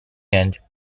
end